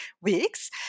weeks